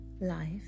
Life